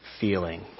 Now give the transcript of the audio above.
feeling